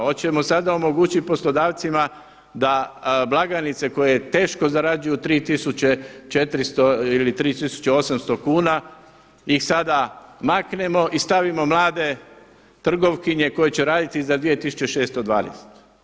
Hoćemo sada omogućiti poslodavcima da blagajnice koje teško zarađuju 3.400 ili 3.800 kuna i sada maknemo i stavimo mlade trgovkinje koje će raditi za 2.620.